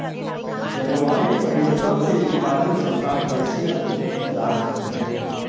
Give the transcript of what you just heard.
जलवायु परिवर्तन से उत्पादन क्षमता कैसे अधिक की जा सकती है?